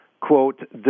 quote